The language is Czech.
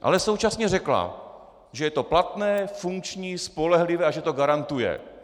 Ale současně řekla, že je to platné, funkční, spolehlivé a že to garantuje.